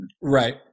Right